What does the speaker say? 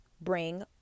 bring